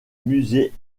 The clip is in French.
musées